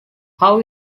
how